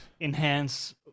enhance